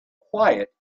quiet